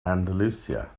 andalusia